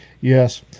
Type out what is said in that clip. yes